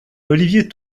olivier